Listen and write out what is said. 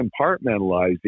compartmentalizing